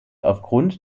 aufgrund